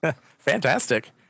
Fantastic